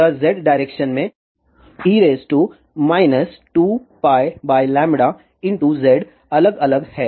तो यह z direction में e j2πz अलग अलग है